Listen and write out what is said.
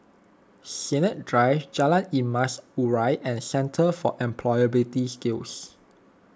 Sennett Drive Jalan Emas Urai and Centre for Employability Skills